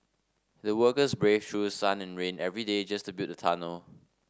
the workers braved through sun and rain every day just to build the tunnel